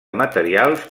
materials